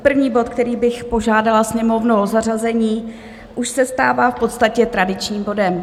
První bod, kde bych požádala Sněmovnu o zařazení, už se stává v podstatě tradičním bodem.